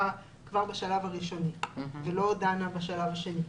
כבר בשלב הראשוני והיא לא דנה בשלב השני.